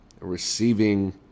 receiving